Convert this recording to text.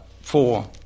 four